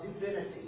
divinity